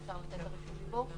אם אפשר לתת לה רשות דיבור.